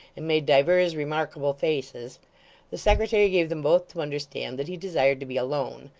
and made divers remarkable faces the secretary gave them both to understand that he desired to be alone.